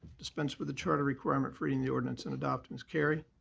dispense with the charter requirement for reading the ordinance and adopt. ms. carry.